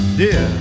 dear